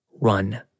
Run